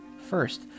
first